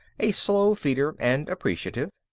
a slow feeder and appreciative.